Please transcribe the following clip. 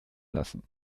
lassen